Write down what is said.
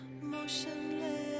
motionless